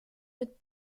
mit